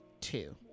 two